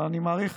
אני מעריך